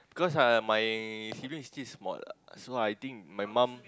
cause uh my sibling is still small ah so I think my mum